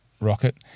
rocket